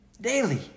daily